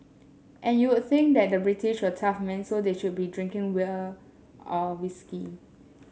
and you would think that the British were tough men so they should be drinking will or whisky